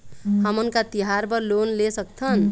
हमन का तिहार बर लोन ले सकथन?